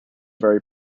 very